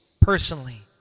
personally